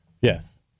yes